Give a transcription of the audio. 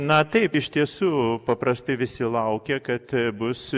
na taip iš tiesų paprastai visi laukia kad bus